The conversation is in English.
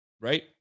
right